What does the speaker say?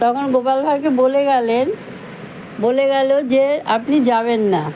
তখন গোপাল ভাঁড়কে বলে গেলেন বলে গেল যে আপনি যাবেন না